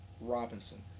Robinson